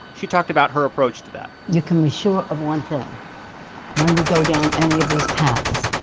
she talked about her approach to that you can be sure of one thing when we go down any of these paths,